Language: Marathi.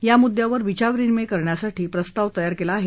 या मुद्द्यावर विचारविनिमय करण्यासाठी प्रस्ताव तयार केला आहे